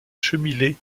chemillé